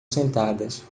sentadas